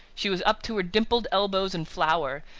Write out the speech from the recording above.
she was up to her dimpled elbows in flour,